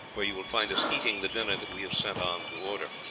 where you will find us eating the dinner that we have sent on to order.